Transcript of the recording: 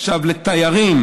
לתיירים: